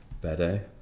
better